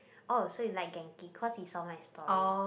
oh so you like Genki cause he saw my story